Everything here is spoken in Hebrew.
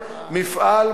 מפעל,